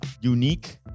unique